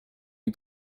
you